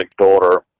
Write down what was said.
daughter